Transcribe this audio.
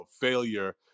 failure